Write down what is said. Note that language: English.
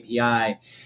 API